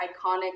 iconic